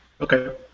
Okay